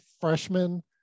freshman